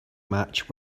match